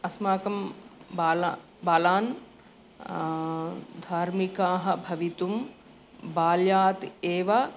अस्माकं बाला बालान् धार्मिकाः भवितुं बाल्यात् एव